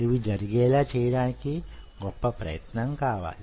ఇవి జరిగేలా చెయ్యడానికి గొప్ప ప్రయత్నం కావాలి